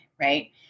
Right